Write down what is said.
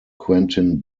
quentin